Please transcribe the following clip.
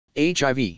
HIV